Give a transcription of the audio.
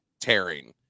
tearing